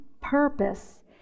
purpose